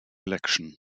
election